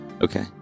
Okay